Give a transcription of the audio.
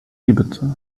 ibiza